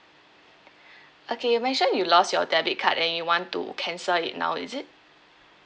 okay you mentioned you lost your debit card and you want to cancel it now is it